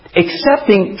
accepting